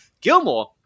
Gilmore